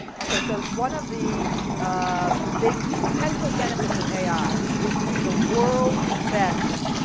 okay, so one of the ah big potential benefits of ai is to be the world's best